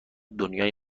دنیای